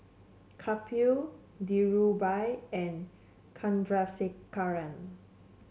Kapil Dhirubhai and Chandrasekaran